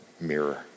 mirror